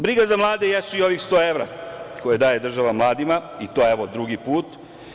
Briga za mlade jesu i ovih 100 evra, koje država daje mladima i to po drugi put.